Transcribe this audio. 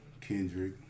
Kendrick